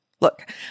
Look